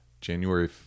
January